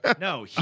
No